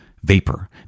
vapor